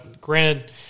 Granted